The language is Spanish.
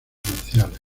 marciales